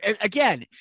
again